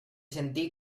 sentí